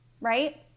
right